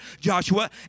Joshua